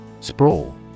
Sprawl